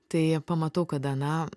tai pamatau kada na